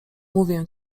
mówię